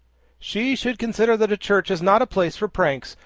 she should consider that a church is not a place for pranks,